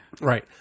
Right